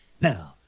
Now